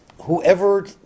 Whoever